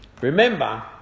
Remember